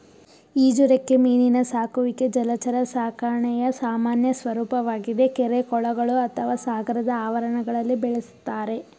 ಈಜುರೆಕ್ಕೆ ಮೀನಿನ ಸಾಕುವಿಕೆ ಜಲಚರ ಸಾಕಣೆಯ ಸಾಮಾನ್ಯ ಸ್ವರೂಪವಾಗಿದೆ ಕೆರೆ ಕೊಳಗಳು ಅಥವಾ ಸಾಗರದ ಆವರಣಗಳಲ್ಲಿ ಬೆಳೆಸ್ತಾರೆ